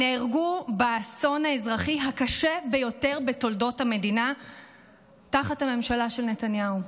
נהרגו באסון האזרחי הקשה ביותר בתולדות המדינה תחת הממשלה של נתניהו.